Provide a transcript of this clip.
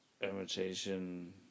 Imitation